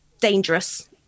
dangerous